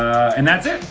and that's it.